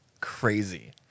Crazy